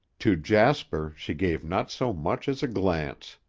to jasper she gave not so much as a glance.